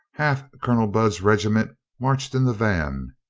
half colonel budd's regiment marched in the van,